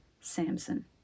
Samson